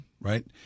right